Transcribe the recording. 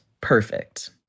perfect